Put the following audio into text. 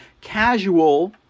casual